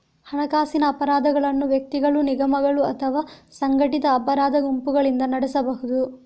ಹಣಕಾಸಿನ ಅಪರಾಧಗಳನ್ನು ವ್ಯಕ್ತಿಗಳು, ನಿಗಮಗಳು ಅಥವಾ ಸಂಘಟಿತ ಅಪರಾಧ ಗುಂಪುಗಳಿಂದ ನಡೆಸಬಹುದು